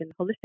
holistic